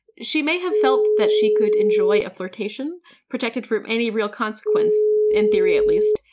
she may have felt that she could enjoy a flirtation protected from any real consequence, in theory at least,